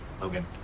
Logan